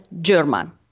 German